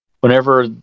whenever